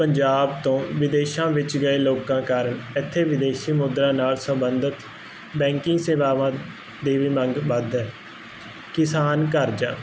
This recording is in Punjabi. ਪੰਜਾਬ ਤੋਂ ਵਿਦੇਸ਼ਾਂ ਵਿੱਚ ਗਏ ਲੋਕਾਂ ਕਾਰਨ ਐਥੇ ਵਿਦੇਸ਼ੀ ਮੁਦਰਾ ਨਾਲ ਸੰਬੰਧਤ ਬੈਂਕਿੰਗ ਸੇਵਾਵਾਂ ਦੀ ਵੀ ਮੰਗ ਵੱਧ ਹੈ ਕਿਸਾਨ ਕਰਜਾ